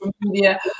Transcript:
media